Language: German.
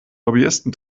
lobbyisten